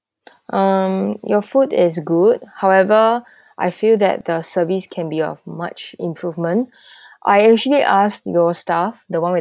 um your food is good however I feel that the service can be of much improvement I usually ask your staff the one with